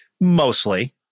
mostly